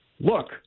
look